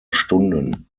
stunden